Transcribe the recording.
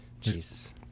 Jesus